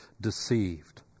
deceived